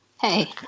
Hey